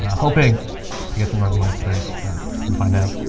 ah hoping to get some northern lights tonight but we'll find out